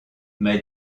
m’a